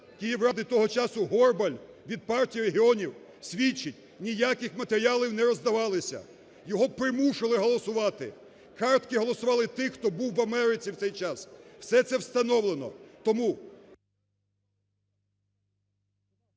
Київради того часу Горбаль від Партії регіонів свідчить: ніяких матеріалів не роздавалося, його примусили голосувати. Картки голосували тих, хто був в Америці в цей час. Все це встановлено. Тому…